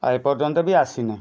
ଆଉ ଏ ପର୍ଯ୍ୟନ୍ତ ବି ଆସି ନାଇଁ